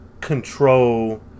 control